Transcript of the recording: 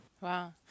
Wow